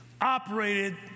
operated